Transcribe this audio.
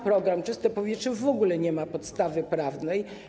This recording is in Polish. Program „Czyste powietrze” w ogóle nie ma podstawy prawnej.